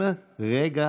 רגע,